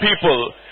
people